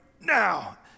now